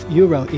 euro